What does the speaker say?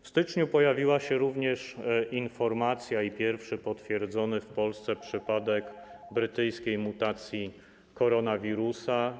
W styczniu pojawiła się również informacja i pierwszy potwierdzony w Polsce przypadek brytyjskiej mutacji koronawirusa.